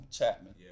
Chapman